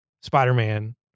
Spider-Man